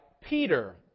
Peter